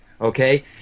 okay